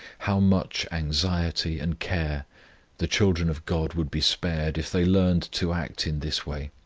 how much anxiety and care the children of god would be spared if they learned to act in this way!